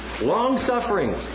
Long-suffering